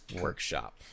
workshop